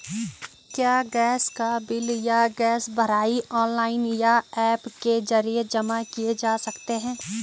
क्या गैस का बिल या गैस भराई ऑनलाइन या ऐप के जरिये जमा किये जा सकते हैं?